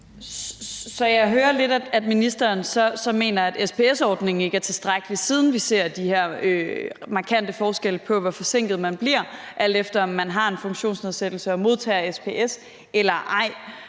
Så jeg hører lidt, at ministeren så mener, at SPS-ordningen ikke er tilstrækkelig, siden vi ser de her markante forskelle på, hvor forsinket man bliver, alt efter om man har en funktionsnedsættelse og modtager SPS eller ej.